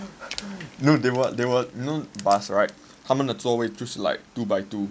no they were they were you know bus right 他们的坐位 like two by two